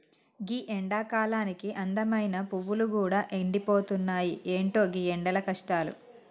గీ ఎండకాలానికి అందమైన పువ్వులు గూడా ఎండిపోతున్నాయి, ఎంటో గీ ఎండల కష్టాలు